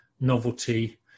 novelty